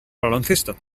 baloncesto